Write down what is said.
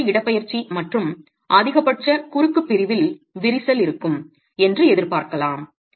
அதிகபட்ச இடப்பெயர்ச்சி மற்றும் அதிகபட்ச குறுக்கு பிரிவில் விரிசல் இருக்கும் என்று எதிர்பார்க்கலாம்